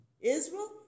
Israel